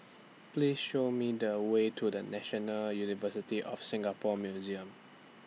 Please Show Me The Way to The National University of Singapore Museums